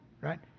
right